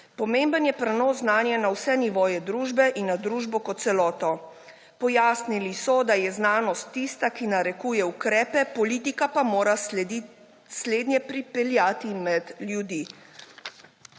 Pomemben je prenos znanja na vse nivoje družbe in na družbo kot celoto. Pojasnili so, da je znanost tista, ki narekuje ukrepe, politika pa mora slednje pripeljati med ljudi.